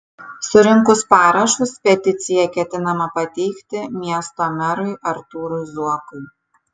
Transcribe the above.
surinkus parašus peticiją ketinama pateikti miesto merui artūrui zuokui